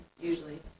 usually